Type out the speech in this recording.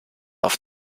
auf